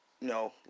no